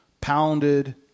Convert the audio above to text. pounded